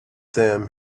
them